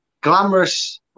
Glamorous